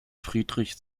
friedrich